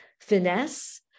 Finesse